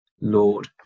Lord